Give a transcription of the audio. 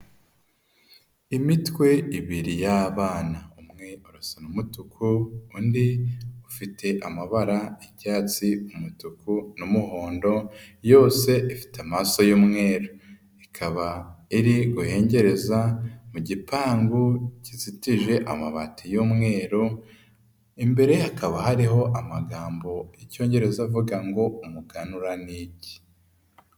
Imitwe ibiri y'abana umwe urasa n'umutuku, undi ufite amabara y'icyatsi, umutuku n'umuhondo yose ifite amaso y'umweru, ikaba iri guhengereza mu gipangu kizitije amabati y'umweru, imbere hakaba hariho amagambo y'icyongereza avuga ngo umuganura ni iki.